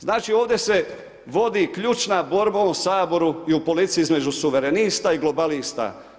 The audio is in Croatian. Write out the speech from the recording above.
Znači ovdje se vodi ključna borba u ovom Saboru i politici između suverenista i globalista.